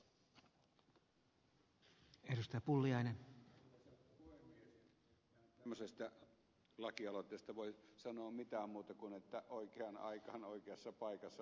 eihän tämmöisestä lakialoitteesta voi sanoa mitään muuta kuin että oikeaan aikaan oikeassa paikassa oikea asia